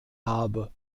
habe